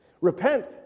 Repent